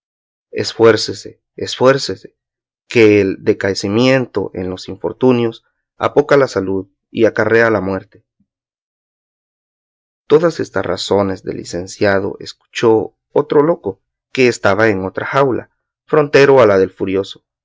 esfuércese esfuércese que el descaecimiento en los infortunios apoca la salud y acarrea la muerte todas estas razones del licenciado escuchó otro loco que estaba en otra jaula frontero de la del furioso